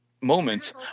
moments